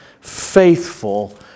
faithful